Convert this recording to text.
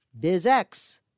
BizX